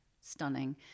Stunning